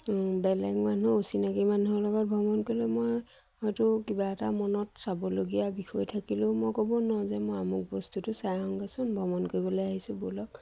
বেলেগ মানুহ অচিনাকী মানুহৰ লগত ভ্ৰমণ কৰিলে মই হয়তো কিবা এটা মনত চাবলগীয়া বিষয় থাকিলেও মই ক'ব নোৱাৰোঁ যে মই আমুক বস্তুটো চাই আহোগেচোন ভ্ৰমণ কৰিবলে আহিছোঁ ব'লক